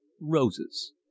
roses